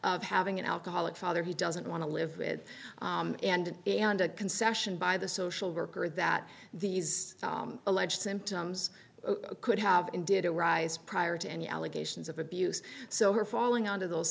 having an alcoholic father he doesn't want to live with and and a concession by the social worker that these alleged symptoms could have and did arise prior to any allegations of abuse so her falling under those